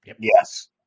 yes